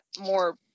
more